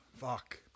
Fuck